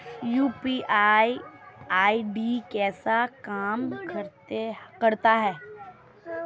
UPI ID कैसे काम करता है?